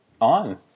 on